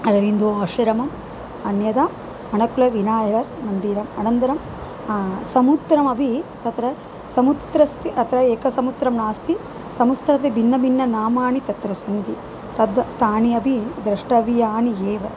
अरविन्दो आश्रमम् अन्यथा मणक्कुल विनायगर् मन्दिरम् अनन्तरं समुद्रमपि तत्र समुद्रस्ति अत्र एकसमुद्रं नास्ति समुद्रमिति भिन्नभिन्ननामानि तत्र सन्ति तद् तानि अपि द्रष्टव्यानि एव